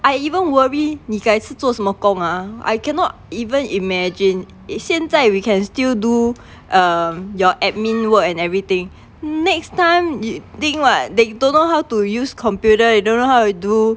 I even worry 你该次做什么工 ah I cannot even imagine it 现在 we can still do um your admin work and everything next time you think [what] they don't know how to use computer they don't know how to do